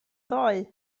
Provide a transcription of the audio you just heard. ddoe